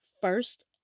first